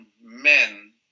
men